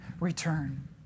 return